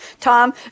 Tom